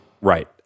Right